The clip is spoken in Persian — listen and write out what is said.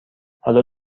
حالا